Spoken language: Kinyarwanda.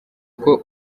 kuko